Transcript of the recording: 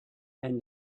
and